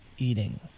Eating